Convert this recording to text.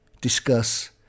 discuss